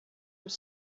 have